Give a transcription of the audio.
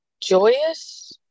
joyous